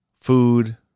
food